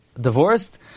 divorced